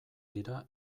dira